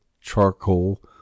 charcoal